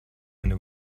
eine